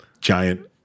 giant